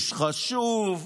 הוא עוד נחשב,